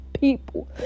people